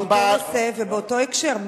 באותו נושא ובאותו הקשר,